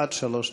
עד שלוש דקות.